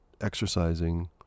exercising